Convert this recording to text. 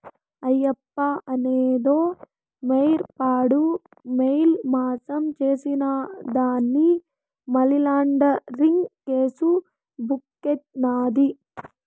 ఆయప్ప అదేందో wire fraud, mail మాసం చేసినాడాని మనీలాండరీంగ్ కేసు బుక్కైనాది